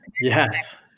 Yes